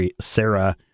Sarah